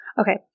Okay